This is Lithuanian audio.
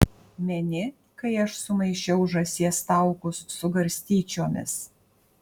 meni kai aš sumaišiau žąsies taukus su garstyčiomis